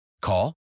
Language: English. Call